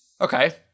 Okay